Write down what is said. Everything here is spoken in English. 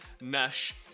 Nash